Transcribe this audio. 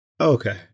Okay